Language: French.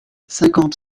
cinquante